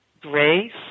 Grace